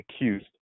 accused